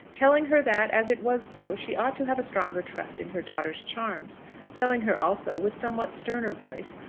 telling her that, as it was so, she ought to have a stronger trust in her daughter's charms telling her also, with somewhat sterner voice,